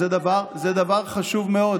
זה דבר חשוב מאוד.